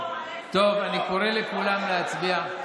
טוב, אני קורא לכולם להצביע.